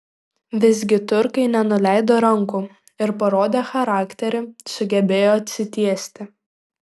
visgi turkai nenuleido rankų ir parodę charakterį sugebėjo atsitiesti